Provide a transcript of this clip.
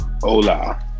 Hola